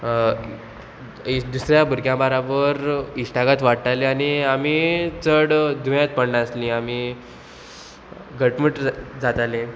दुसऱ्या भुरग्यां बाराबर इश्टागात वाडटाले आनी आमी चड दुयेंच पडनासली आमी घटमूट जाताले